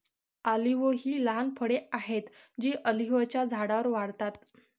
olive ही लहान फळे आहेत जी ऑलिव्हच्या झाडांवर वाढतात